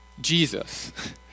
Jesus